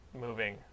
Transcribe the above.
moving